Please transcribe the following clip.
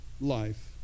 life